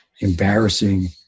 embarrassing